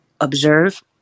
observe